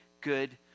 good